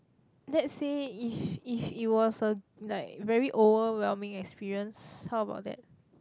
let's say if if it was a like overwhelming experience how about that